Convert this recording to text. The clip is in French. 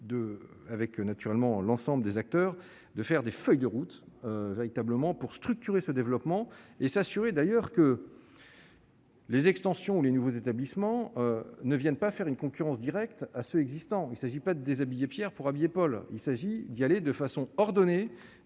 avec naturellement l'ensemble des acteurs, de faire des feuilles de route véritablement pour structurer ce développement et s'assurer d'ailleurs que. Les extensions ou les nouveaux établissements ne viennent pas faire une concurrence directe à ceux existants, il s'agit pas de déshabiller Pierre pour habiller Paul, il s'agit d'y aller de façon ordonnée